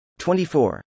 24